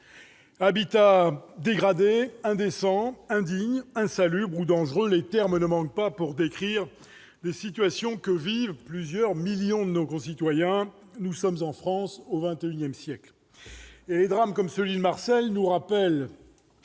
habitat dégradé, indécent, indigne, insalubre ou dangereux : les termes ne manquent pas pour décrire la situation que vivent plusieurs millions de nos concitoyens en France, au XXI siècle ... Les drames comme celui de Marseille nous rappellent,